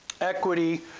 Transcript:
equity